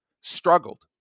struggled